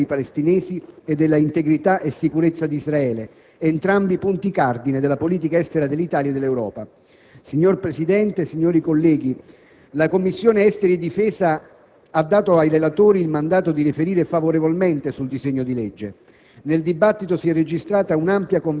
ai fini della costruzione di un'entità statuale per i palestinesi e della integrità e sicurezza di Israele, entrambi punti cardine della politica estera dell'Italia e dell'Europa. Signor Presidente, onorevoli colleghi, le Commissioni esteri e difesa hanno dato ai relatori il mandato di riferire favorevolmente sul disegno di legge.